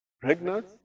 Pregnant